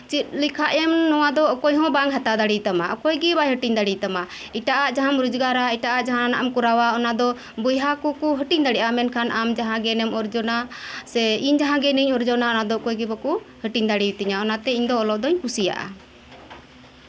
ᱪᱮᱫ ᱞᱮᱠᱷᱟᱱᱮᱢ ᱱᱚᱶᱟ ᱫᱚ ᱚᱠᱚᱭ ᱦᱚᱸ ᱵᱟᱝ ᱦᱟᱛᱟᱣ ᱫᱟᱲᱮ ᱟᱛᱟᱢᱟ ᱟᱨ ᱚᱠᱚᱭ ᱜᱮ ᱵᱟᱝ ᱦᱟᱹᱴᱤᱧ ᱫᱟᱲᱮᱭᱟᱛᱟᱢᱟ ᱮᱴᱟ ᱟᱜ ᱡᱟᱦᱟᱸᱱᱟᱜ ᱮᱢ ᱨᱳᱡᱽᱜᱟᱨᱟ ᱮᱴᱟᱜ ᱟᱜ ᱡᱟᱦᱟᱸᱱᱟᱜᱼᱮᱢ ᱠᱚᱨᱟᱣᱟ ᱚᱱᱟ ᱟᱫᱚ ᱵᱚᱭᱦᱟ ᱠᱚᱠᱚ ᱦᱟᱹᱴᱤᱧ ᱫᱟᱲᱮᱭᱟᱜᱼᱟ ᱢᱮᱱᱠᱷᱟᱱ ᱟᱢ ᱡᱟᱦᱟᱸ ᱜᱮᱭᱟᱱᱮᱢ ᱚᱨᱡᱚᱱᱟ ᱥᱮ ᱤᱧ ᱡᱟᱦᱟᱸ ᱜᱮᱭᱟᱱᱤᱧ ᱚᱨᱡᱚᱱᱟ ᱚᱱᱟ ᱫᱚ ᱚᱠᱚᱭ ᱜᱮ ᱵᱟᱠᱚ ᱦᱟᱹᱴᱤᱧ ᱫᱟᱧᱮᱭᱟᱛᱤᱧᱟ ᱚᱱᱟᱛᱮ ᱤᱧ ᱫᱚ ᱚᱞᱚᱜ ᱫᱩᱧ ᱠᱩᱥᱤᱭᱟᱜᱼᱟ